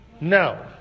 No